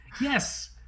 Yes